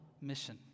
mission